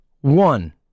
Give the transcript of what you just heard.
one